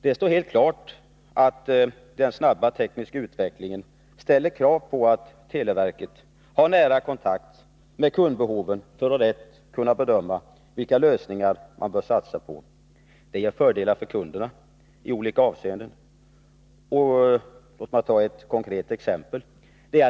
Det står helt klart att den snabba tekniska utvecklingen ställer krav på att televerket har nära kontakter med kunder för att rätt kunna bedöma vilka lösningar man bör satsa på. Det ger fördelar för kunderna i olika avseenden. Låt mig ta ett konkret exempel.